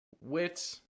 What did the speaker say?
Wits